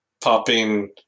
popping